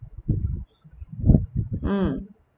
mm